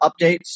updates